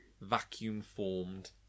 vacuum-formed